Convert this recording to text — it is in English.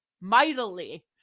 mightily